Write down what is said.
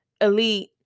elite